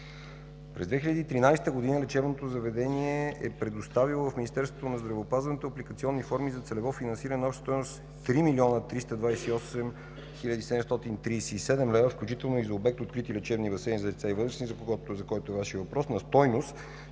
През 2013 г. лечебното заведение е предоставило в Министерството на здравеопазването облигационни форми за целево финансиране на обща стойност 3 млн. 328 хил. 737 лв., включително и за обект „Открити лечебни басейни за деца и възрастни”, за който е Вашият въпрос, на стойност